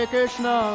Krishna